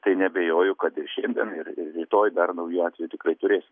tai neabejoju kad ir šiandien ir ir rytoj dar naujų atvejų tikrai turėsim